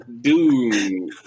Dude